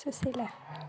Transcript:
Sushila